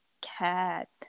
cat